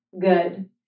good